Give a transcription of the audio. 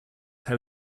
how